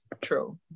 True